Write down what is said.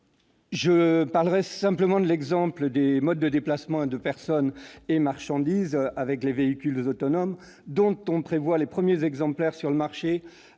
Je prendrai le simple exemple des modes de déplacement des personnes et des marchandises avec les véhicules autonomes, dont on prévoit l'arrivée des premiers exemplaires sur le marché